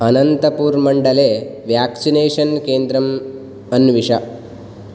अनन्तपुर्मण्डले vaccination केन्द्रम् अन्विष